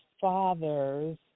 fathers